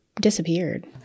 disappeared